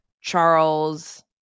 Charles